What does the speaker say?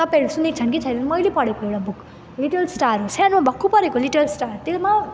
तपाईँहरू सुनेको छन् कि छैनन् मैले पढेको एउटा बुक लिटल स्टार हो सानो भक्कु परेको लिटल स्टार त्यसमा